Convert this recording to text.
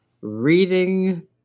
reading